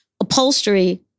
upholstery